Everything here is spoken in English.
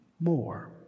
more